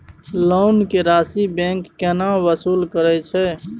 Loan के राशि bank केना वसूल करे छै?